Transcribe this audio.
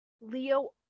Leo